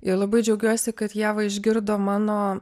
ir labai džiaugiuosi kad ieva išgirdo mano